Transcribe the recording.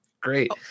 great